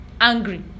angry